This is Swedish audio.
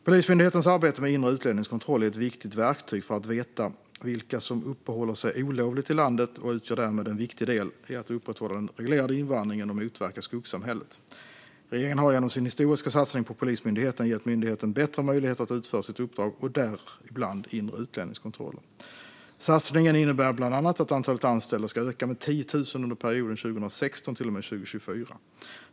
Polismyndighetens arbete med inre utlänningskontroll är ett viktigt verktyg för att veta vilka som uppehåller sig olovligt i landet och utgör därmed en viktig del i att upprätthålla den reglerade invandringen och motverka skuggsamhället. Regeringen har genom sin historiska satsning på Polismyndigheten gett myndigheten bättre möjligheter att utföra sitt uppdrag, däribland inre utlänningskontroller. Satsningen innebär bland annat att antalet anställda ska öka med 10 000 under perioden 2016 till och med 2024.